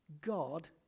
God